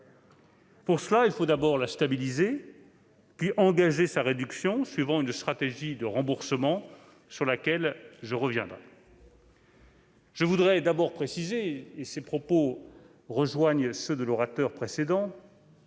Pour cela, il faut d'abord la stabiliser, puis engager sa réduction suivant une stratégie de remboursement sur laquelle je reviendrai. Je tiens à le préciser- ces propos rejoignent ce qu'a dit l'orateur précédent